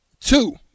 Two